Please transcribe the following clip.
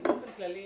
באופן כללי,